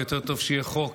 ויותר טוב שיהיה חוק,